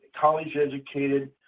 college-educated